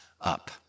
up